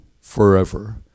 forever